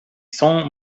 son